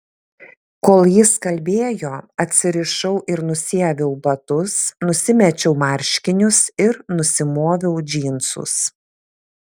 kol jis kalbėjo atsirišau ir nusiaviau batus nusimečiau marškinius ir nusimoviau džinsus